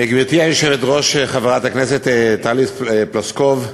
גברתי היושבת-ראש חברת הכנסת טלי פלוסקוב,